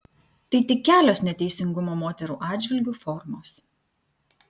tai tik kelios neteisingumo moterų atžvilgiu formos